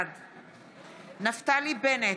בעד נפתלי בנט,